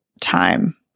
time